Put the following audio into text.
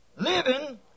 living